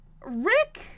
Rick